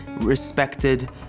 respected